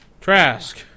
Trask